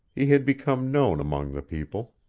he had become known among the people.